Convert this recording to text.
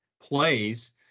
plays